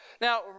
Now